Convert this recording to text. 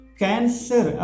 cancer